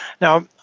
Now